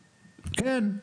כן.